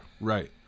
right